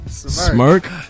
Smirk